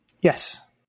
Yes